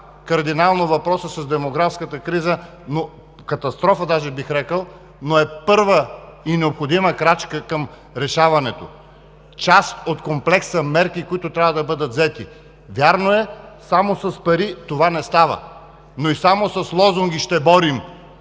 кардинално въпроса с демографската криза, катастрофа даже бих казал, но е първа и необходима крачка към решаването, част от комплекса мерки, които трябва да бъдат взети. Вярно е, само с пари това не става, но и само с лозунги: „Ще борим